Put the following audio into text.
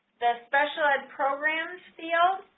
the special ed programs field,